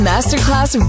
Masterclass